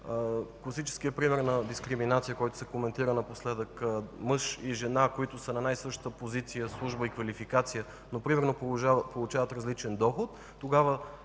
класическия пример на дискриминация, който се коментира напоследък – мъж и жена, които са на една и съща позиция, служба и квалификация, но получават различен доход и на